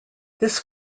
this